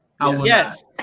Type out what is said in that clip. Yes